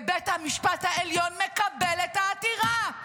ובית המשפט העליון מקבל את העתירה,